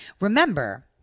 Remember